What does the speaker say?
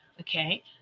okay